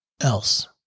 else